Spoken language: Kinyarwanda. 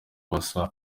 basa